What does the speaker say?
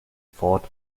fought